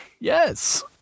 Yes